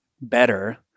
better